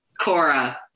Cora